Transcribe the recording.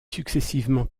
successivement